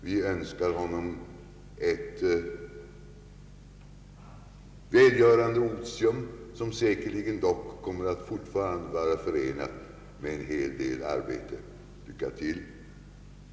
Vi önskar honom ett välgörande otium, som säkerligen dock kommer att fortfarande vara förenat med en hel del arbete. Lycka till!